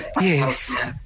Yes